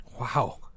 Wow